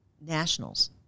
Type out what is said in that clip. nationals